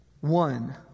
One